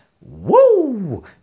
Woo